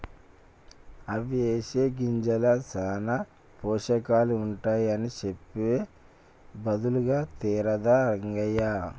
అవిసె గింజల్ల సానా పోషకాలుంటాయని సెప్పె బదులు తేరాదా రంగయ్య